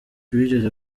wigeze